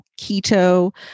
keto